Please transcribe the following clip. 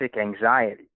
anxiety